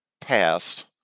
past